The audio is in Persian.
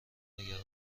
نگران